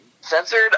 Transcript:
censored